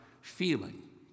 feeling